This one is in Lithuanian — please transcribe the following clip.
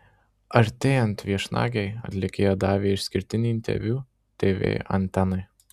artėjant viešnagei atlikėja davė išskirtinį interviu tv antenai